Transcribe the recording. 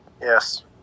Yes